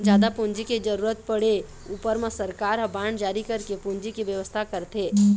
जादा पूंजी के जरुरत पड़े ऊपर म सरकार ह बांड जारी करके पूंजी के बेवस्था करथे